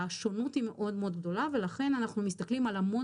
השונות היא מאוד מאוד גדולה ולכן אנחנו מסתכלים על המון